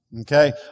Okay